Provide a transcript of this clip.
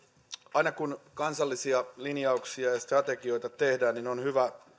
aina kun kansallisia linjauksia ja strategioita tehdään on hyvä